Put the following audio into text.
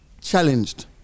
challenged